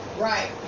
Right